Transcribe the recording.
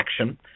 action